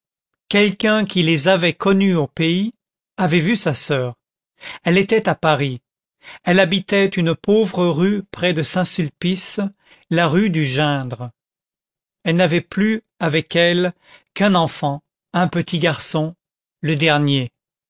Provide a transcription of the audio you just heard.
quelqu'un qui les avait connus au pays avait vu sa soeur elle était à paris elle habitait une pauvre rue près de saint-sulpice la rue du geindre elle n'avait plus avec elle qu'un enfant un petit garçon le dernier